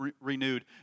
renewed